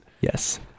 Yes